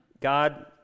God